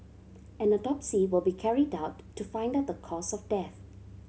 an autopsy will be carried out to find out the cause of death